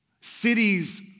Cities